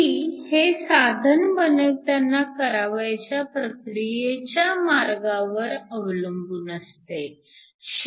ती हे साधन बनविताना करावयाच्या प्रक्रियेच्या मार्गावर अवलंबून असते